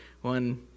One